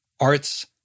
arts